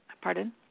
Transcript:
Pardon